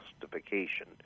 justification